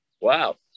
Wow